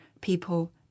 people